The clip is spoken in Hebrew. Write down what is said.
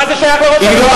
מה זה שייך לראש הממשלה?